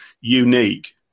unique